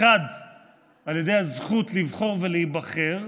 1. על ידי הזכות לבחור ולהיבחר,